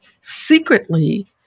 secretly